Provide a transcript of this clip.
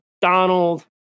Donald